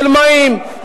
של מים,